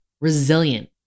resilient